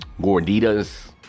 gorditas